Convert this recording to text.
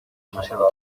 demasiado